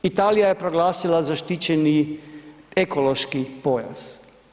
Italija je proglasila zaštićeni ekološki pojas.